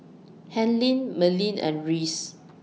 Helene Merlin and Reyes